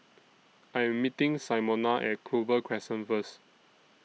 I Am meeting Simona At Clover Crescent First